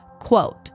quote